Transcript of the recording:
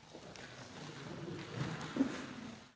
Hvala